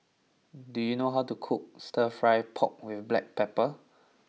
do you know how to cook Stir Fry Pork with black pepper